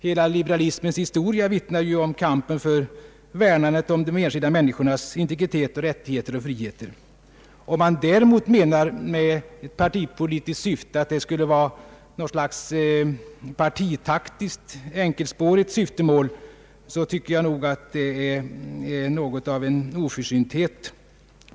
Hela liberalismens historia vittnar om kampen för värnandet av de enskilda människornas integritet, rättigheter och friheter. Om man däremot med partipolitiskt syfte menar, att det skulle vara något slags enkelspårigt partitaktiskt syfte, tycker jag nog att det är något av en oförsynthet.